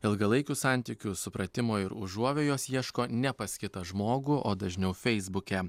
ilgalaikių santykių supratimo ir užuovėjos ieško ne pas kitą žmogų o dažniau feisbuke